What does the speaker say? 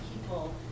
people